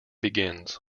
begins